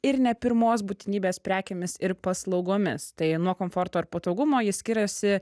ir ne pirmos būtinybės prekėmis ir paslaugomis tai nuo komforto ir patogumo ji skiriasi